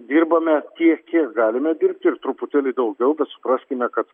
dirbame tiek kiek galime dirbti ir truputėlį daugiau bet supraskime kad